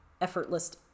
effortless